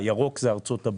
הקו הירוק זה ארצות-הברית,